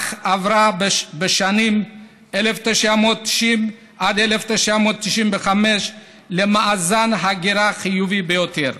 אך עברה בשנים 1990 1995 למאזן הגירה חיובי ביותר.